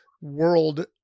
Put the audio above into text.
world